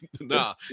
nah